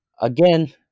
Again